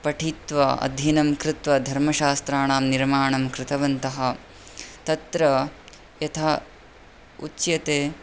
पठित्वा अध्ययनं कृत्वा धर्मशास्त्राणां निर्माणं कृतवन्तः तत्र यथा उच्यते